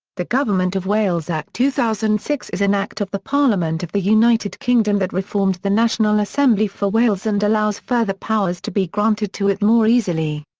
the government of wales act two thousand and six is an act of the parliament of the united kingdom that reformed the national assembly for wales and allows further powers to be granted to it more easily.